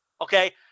okay